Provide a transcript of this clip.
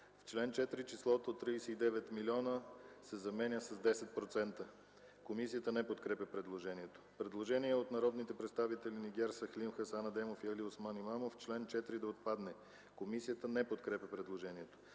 в чл. 4 числото „39 млн. лв.” се заменя с „10%”. Комисията не подкрепя предложението. Предложение от народните представители Нигяр Сахлим, Хасан Адемов и Алиосман Имамов – чл. 4 да отпадне. Комисията не подкрепя предложението.